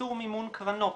איסור מימון קרנות.